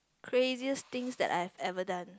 craziest things that I have ever done